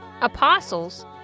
apostles